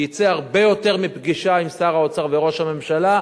יצא הרבה יותר מפגישה עם שר האוצר וראש הממשלה,